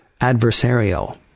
adversarial